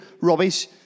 rubbish